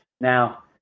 Now